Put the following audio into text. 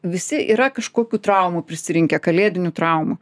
visi yra kažkokių traumų prisirinkę kalėdinių traumų